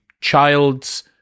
child's